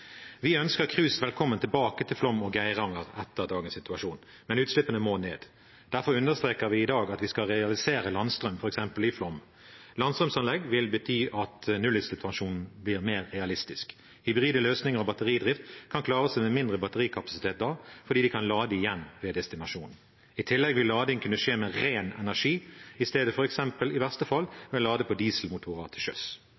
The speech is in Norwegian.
Vi ønsker cruise velkommen tilbake til Flåm og Geiranger etter dagens situasjon, men utslippene må ned. Derfor understreker vi i dag at vi skal realisere landstrøm i f.eks. Flåm. Landstrømanlegg vil bety at nullutslippssituasjonen blir mer realistisk. Hybride løsninger og batteridrift kan da klare seg med mindre batterikapasitet fordi de kan lade igjen ved destinasjonen. I tillegg vil lading kunne skje med ren energi i stedet for f.eks. – i